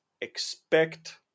Expect